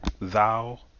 thou